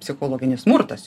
psichologinis smurtas